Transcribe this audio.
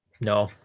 No